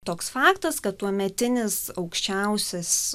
toks faktas kad tuometinis aukščiausias